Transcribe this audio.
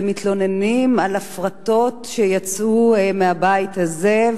ומתלוננים על הפרטות שיצאו מהבית הזה,